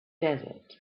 desert